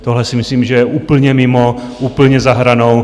Tohle si myslím, že je úplně mimo, úplně za hranou.